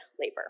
labor